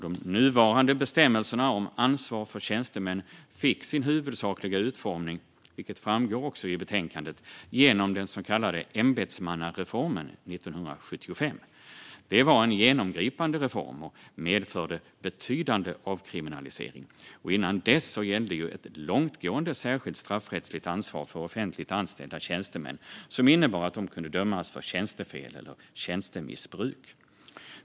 De nuvarande bestämmelserna om ansvar för tjänstemän fick sin huvudsakliga utformning, vilket också framgår i betänkandet, genom den så kallade ämbetsmannareformen 1975. Det var en genomgripande reform som medförde betydande avkriminalisering. Innan dess gällde ett långtgående särskilt straffrättsligt ansvar för offentligt anställda tjänstemän som innebar att de kunde dömas för tjänstefel eller tjänstemissbruk.